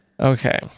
Okay